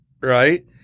right